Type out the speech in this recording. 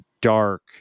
dark